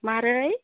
मारै